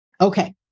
Okay